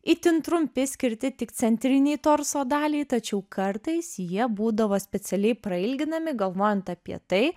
itin trumpi skirti tik centrinei torso daliai tačiau kartais jie būdavo specialiai prailginami galvojant apie tai